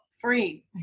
free